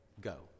go